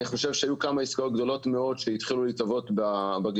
אני חושב שהיו כמה עסקאות גדולות מאוד שהתחילו להתהוות בגזרה,